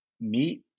meet